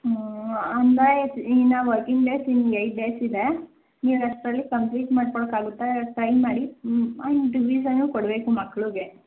ಅಂದರೆ ಇನ್ನೂ working days ಇನ್ನು ಯೈಟ್ ಡೇಸ್ ಇದೆ ನೀವಷ್ಟರಲ್ಲಿ ಕಂಪ್ಲೀಟ್ ಮಾಡ್ಕೊಳ್ಳಕ್ಕಾಗುತ್ತಾ ಟ್ರೈ ಮಾಡಿ ಆ್ಯಂಡ್ ರಿವಿಸನ್ನೂ ಕೊಡಬೇಕು ಮಕ್ಳಿಗೆ